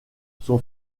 son